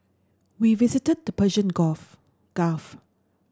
we visited the Persian Gulf